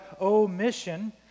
omission